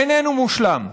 איננו מושלם,